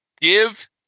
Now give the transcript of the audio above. Give